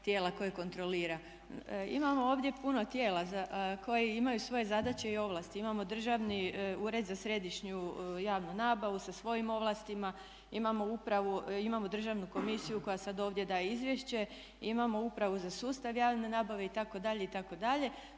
tijela koje kontrolira imamo ovdje puno tijela koje imaju svoje zadaće i ovlasti. Imamo Državni ured za središnju javnu nabavu sa svojim ovlastima, imamo Državnu komisiju koja sad ovdje daje izvješće, imamo Upravu za sustav javne nabave itd.,